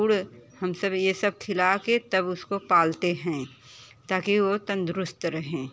गुर हम सब ये सब खिला के तब उसको पालते हैं ताकी वो तंदुरुस्त रहें